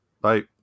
Bye